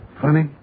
Funny